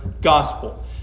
gospel